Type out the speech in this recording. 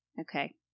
Okay